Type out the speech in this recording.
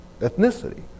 ethnicity